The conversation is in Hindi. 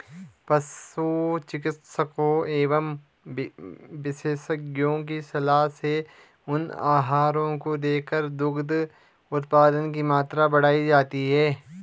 पशु चिकित्सकों एवं विशेषज्ञों की सलाह से उन आहारों को देकर दुग्ध उत्पादन की मात्रा बढ़ाई जाती है